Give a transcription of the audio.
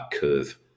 curve